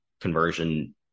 conversion